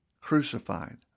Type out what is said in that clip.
crucified